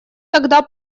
тогда